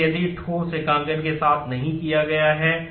इसलिए जब से यह हुआ है